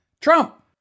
Trump